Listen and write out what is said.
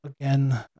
again